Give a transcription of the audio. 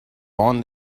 bon